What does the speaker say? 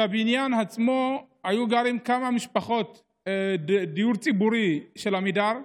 בבניין עצמו היו גרות כמה משפחות דיור ציבורי של עמידר.